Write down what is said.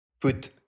put